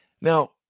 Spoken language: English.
Now